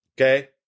Okay